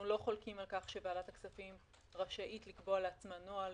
אנחנו לא חולקים על כך שוועדת הכספים רשאית לקבוע לעצמה נוהל,